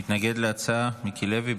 מתנגד להצעה, מיקי לוי.